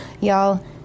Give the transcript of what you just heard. Y'all